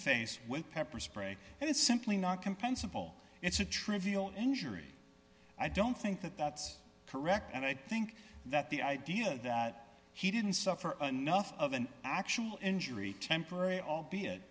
face with pepper spray and it's simply not compensable it's a trivial injury i don't think that that's correct and i think that the idea that he didn't suffer nothing of an actual injury temporary albeit